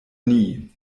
nie